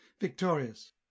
victorious